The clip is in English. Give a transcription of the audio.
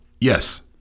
Yes